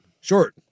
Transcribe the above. Short